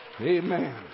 Amen